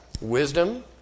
Wisdom